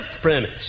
premise